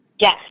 Yes